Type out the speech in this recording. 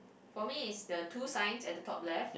for me is the two signs at the top left